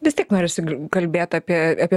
vis tiek norisi kalbėt apie apie